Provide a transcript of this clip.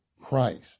Christ